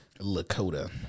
Lakota